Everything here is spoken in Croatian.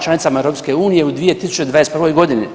članicama EU u 2021.g.